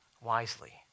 wisely